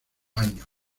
años